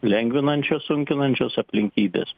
lengvinančios sunkinančios aplinkybės